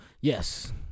Yes